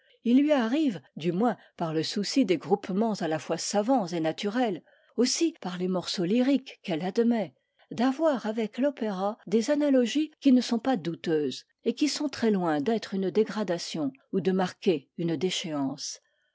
il lui arrive du moins par le souci des groupements à la fois savants et naturels aussi par les morceaux lyriques qu'elle admet d'avoir avec l'opéra des analogies qui ne sont pas douteuses et qui sont très loin d'être une dégradation ou de marquer une déchéance